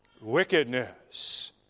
Wickedness